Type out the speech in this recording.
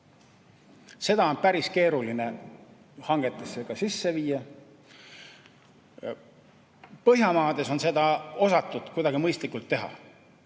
Seda on päris keeruline hangetesse sisse viia. Põhjamaades on seda osatud kuidagi mõistlikult teha.